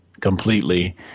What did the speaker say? completely